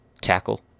tackle